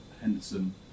Henderson